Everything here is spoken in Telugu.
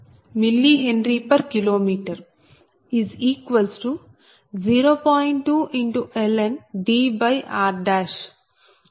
2ln Dn3D3 mHKm